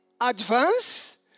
advance